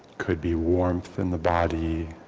could be warmth in the body.